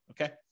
Okay